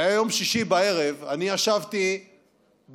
זה היה יום שישי בערב אני ישבתי בביתי,